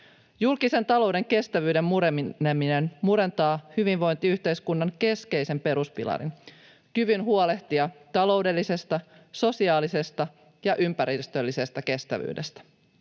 Julkisen talouden kestävyyden mureneminen murentaa hyvinvointiyhteiskunnan keskeisen peruspilarin: kyvyn huolehtia taloudellisesta, sosiaalisesta ja ympäristöllisestä kestävyydestä.